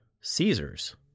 Caesar's